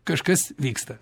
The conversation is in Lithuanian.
kažkas vyksta